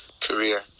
career